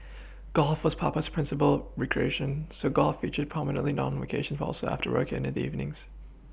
golf was Papa's principal recreation so golf featured prominently not only on vacations but also after work in the evenings